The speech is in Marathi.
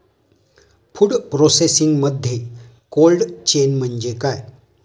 फूड प्रोसेसिंगमध्ये कोल्ड चेन म्हणजे काय?